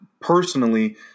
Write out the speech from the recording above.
personally